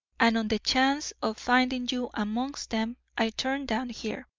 and on the chance of finding you amongst them, i turned down here.